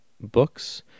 books